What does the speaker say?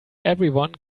everyone